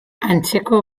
antzeko